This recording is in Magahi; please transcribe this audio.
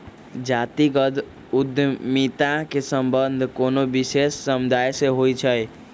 जातिगत उद्यमिता के संबंध कोनो विशेष समुदाय से होइ छै